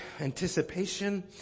anticipation